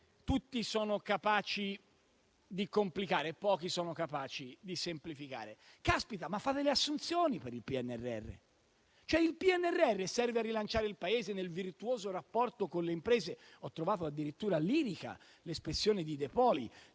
tutti sono capaci di complicare, ma pochi sono capaci di semplificare. Caspita, ma fate le assunzioni per il PNRR! Cioè il PNRR serve a rilanciare il Paese nel virtuoso rapporto con le imprese. Ho trovato addirittura lirica l'espressione di De Poli,